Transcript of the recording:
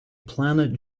planet